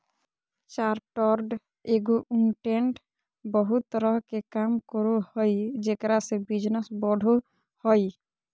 chartered accountant बहुत तरह के काम करो हइ जेकरा से बिजनस बढ़ो हइ